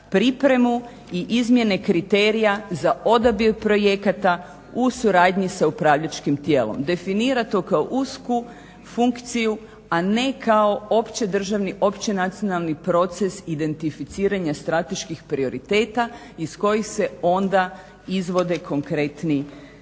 pripremu i izmjene kriterija za odabir projekata u suradnji sa upravljačkim tijelom. Definira to kao usku funkciju, a ne kao općedržavni, općenacionalni proces identificiranja strateških prioriteta iz kojih se onda izvode konkretni